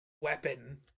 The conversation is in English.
weapon